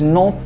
no